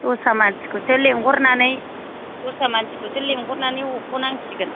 द'स्रा मानसिखौसो लिंहरनानै द'स्रा मानसिखौसो लिंहरनानै हखनांसिगोन